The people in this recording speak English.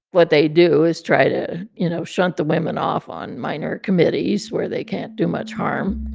what they do is try to, you know, shunt the women off on minor committees where they can't do much harm.